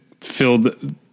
filled